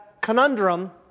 conundrum